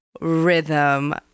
rhythm